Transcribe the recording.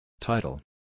Title